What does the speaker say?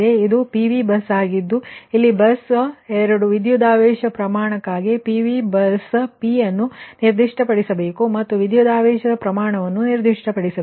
ಮತ್ತು ಇದು PV bus ಆಗಿದೆ ಆದ್ದರಿಂದ ಇಲ್ಲಿ ಬಸ್ 2 ವಿದ್ಯುತಾವೇಶ ಪ್ರಮಾಣಕ್ಕಾಗಿ PV ಬಸ್ P ಅನ್ನು ನಿರ್ದಿಷ್ಟಪಡಿಸಬೇಕು ಮತ್ತು ವಿದ್ಯುತಾವೇಶದ ಪ್ರಮಾಣವನ್ನು ನಿರ್ದಿಷ್ಟಪಡಿಸಬೇಕು